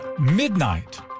midnight